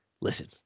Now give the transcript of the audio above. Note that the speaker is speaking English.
listen